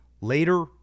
later